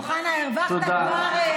אוחנה, הרווחת כבר מחמאות.